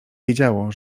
wiedziało